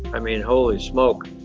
i mean holy smoke,